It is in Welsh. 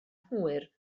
hwyr